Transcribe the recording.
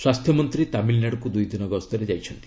ସ୍ୱାସ୍ଥ୍ୟମନ୍ତ୍ରୀ ତାମିଲ୍ନାଡୁକୁ ଦୁଇଦିନ ଗସ୍ତରେ ଯାଇଛନ୍ତି